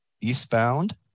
eastbound